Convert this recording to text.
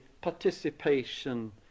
participation